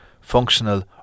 functional